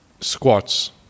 squats